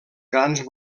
grans